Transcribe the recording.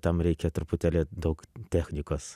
tam reikia truputėlį daug technikos